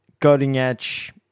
cutting-edge